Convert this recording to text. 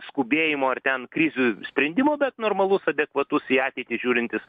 skubėjimo ar ten krizių sprendimo bet normalus adekvatus į ateitį žiūrintis